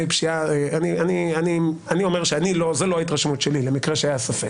פשיעה אני אומר שזאת לא ההתרשמות שלי למקרה שהיה ספק,